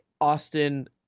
austin